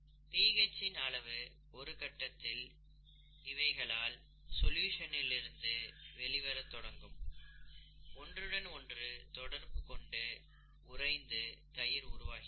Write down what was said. pH அளவின் ஒரு கட்டத்தில் இவைகள் சொல்யூஷன் இல் இருந்து வெளிவந்து ஒன்றுடன் ஒன்று தொடர்பு கொண்டு உறைந்து தயிர் உருவாகிறது